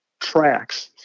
tracks